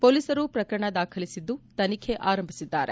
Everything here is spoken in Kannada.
ಪೊಲೀಸರು ಪ್ರಕರಣ ದಾಖಲಿಸಿದ್ದು ತನಿಖೆ ಆರಂಭಿಸಿದ್ದಾರೆ